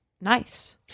nice